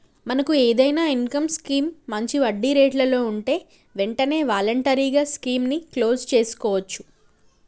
మనకు ఏదైనా income scheme మంచి వడ్డీ రేట్లలో ఉంటే వెంటనే వాలంటరీగా స్కీమ్ ని క్లోజ్ సేసుకోవచ్చు